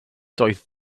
doedd